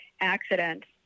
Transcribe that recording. accidents